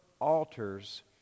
altars